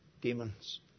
demons